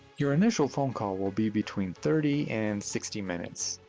your initial phone call will be between thirty and sixty minutes,